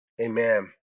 Amen